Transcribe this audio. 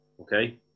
Okay